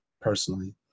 personally